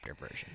version